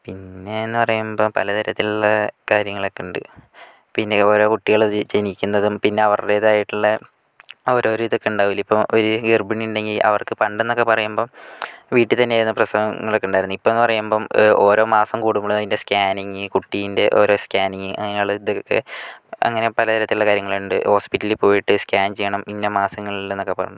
പിന്നേന്ന് പറയുമ്പം പലതരത്തിലുള്ള കാര്യങ്ങളൊക്കെ ഉണ്ട് പിന്നെ ഓരോ കുട്ടികളും ജെ ജനിക്കുന്നതും പിന്നെ അവരുടേതായിട്ടുള്ള ഓരോരോ ഇതൊക്കെ ഉണ്ടാവില്ലെ ഇപ്പോൾ ഒരു ഗർഭിണി ഉണ്ടെങ്കിൽ അവർക്ക് പണ്ടെന്നൊക്കെ പറയുമ്പം വീട്ടിൽ തന്നെയായിരുന്നു പ്രസവങ്ങളൊക്കെ ഉണ്ടായിരുന്നത് ഇപ്പൊന്ന് പറയുമ്പം ഓരോ മാസം കൂടുമ്പള് അതിൻ്റെ സ്കാനിംഗ് കുട്ടീൻ്റെ ഓരോ സ്കാനിംഗ് അങ്ങനെയുള്ള ഇതൊക്കെ അങ്ങനെ പലതരത്തിലുള്ള കാര്യങ്ങളുണ്ട് ഹോസ്പിറ്റലിൽ പോയിട്ട് സ്കാൻ ചെയ്യണം ഇന്ന മാസങ്ങളിൽന്നൊക്കെ പറഞ്ഞ്